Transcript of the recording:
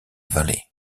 valley